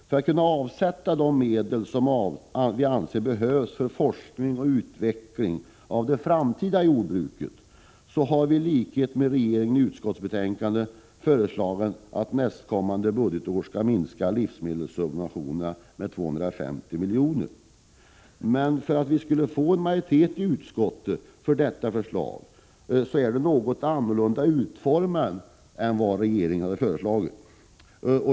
För att kunna avsätta de medel som vi anser behövs för forskning och utveckling av det framtida jordbruket har'vi, i likhet med regeringen, i utskottsbetänkandet föreslagit att livsmedelssubventionerna nästkommande budgetår skall minskas med 250 miljoner. Men för att vi skulle få en majoritet i utskottet för detta förslag har det blivit något annorlunda utformat än regeringens förslag.